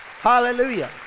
Hallelujah